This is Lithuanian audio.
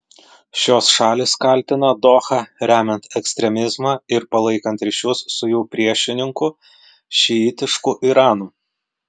šios šalys kaltina dohą remiant ekstremizmą ir palaikant ryšius su jų priešininku šiitišku iranu